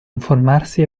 informarsi